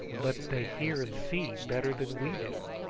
but they hear and see better than we do.